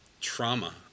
trauma